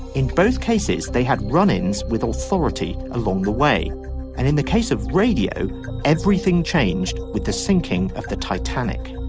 in both cases they had run ins with authority along the way and in the case of radio everything changed with the sinking of the titanic